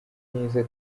neza